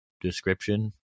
description